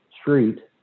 street